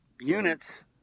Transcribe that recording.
units